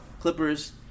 Clippers